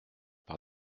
par